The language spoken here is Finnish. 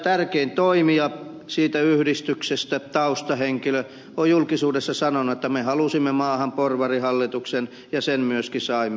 tärkein toimija siitä yhdistyksestä taustahenkilö on julkisuudessa sanonut että me halusimme maahan porvarihallituksen ja sen myöskin saimme